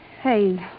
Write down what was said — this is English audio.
Hey